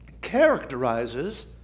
characterizes